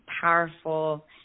powerful